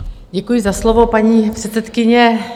Děkuji za slovo, paní předsedkyně.